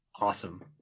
Awesome